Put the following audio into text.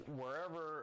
wherever